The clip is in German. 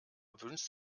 wünscht